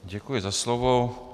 Děkuji za slovo.